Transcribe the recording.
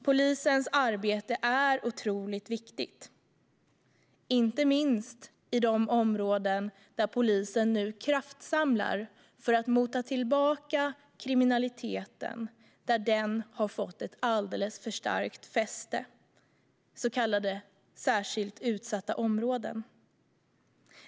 Polisens arbete är otroligt viktigt, inte minst i de områden där polisen nu kraftsamlar för att mota tillbaka kriminaliteten där den har fått ett alldeles för starkt fäste, så kallade särskilt utsatta områden.